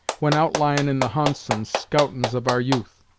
when outlyin' in the hunts and scoutin's of our youth.